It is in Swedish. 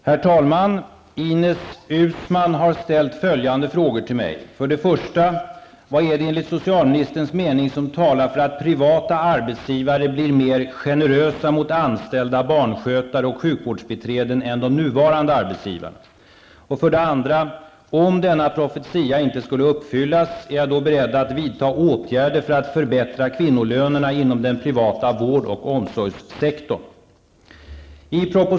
Herr talman! Ines Uusmann har ställt följande frågor till mig: 1. Vad är det enligt socialministerns mening som talar för att privata arbetsgivare blir ''mer generösa'' mot anställda barnskötare och sjukvårdsbiträden än de nuvarande arbetsgivarna? 2. Om denna profetia inte skulle uppfyllas, är socialministern då beredd att vidta åtgärder för att förbättra kvinnolönerna inom den privata vård och omsorgssektorn?